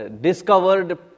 discovered